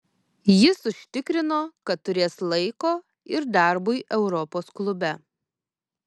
jis užtikrino kad turės laiko ir darbui europos klube